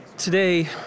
Today